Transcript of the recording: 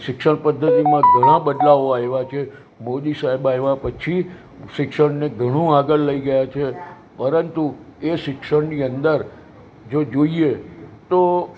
શિક્ષણ પદ્ધતિમાં ઘણા બદલાવો આવ્યા છે મોદી સાહેબ આવ્યા પછી શિક્ષણને ઘણું આગળ લઈ ગયા છે પરંતુ એ શિક્ષણની અંદર જો જોઈએ તો